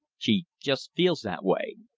she jest feels that way.